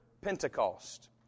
Pentecost